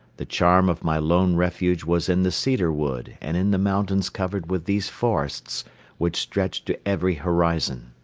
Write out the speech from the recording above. the charm of my lone refuge was in the cedar wood and in the mountains covered with these forests which stretched to every horizon.